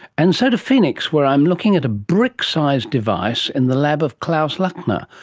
and so to phoenix where i am looking at a brick-sized device in the lab of klaus lackner,